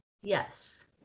yes